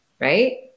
Right